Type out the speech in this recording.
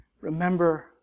Remember